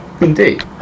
Indeed